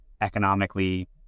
economically